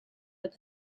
but